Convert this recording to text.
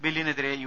ബില്ലിനെതിരെ യു